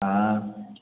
हाँ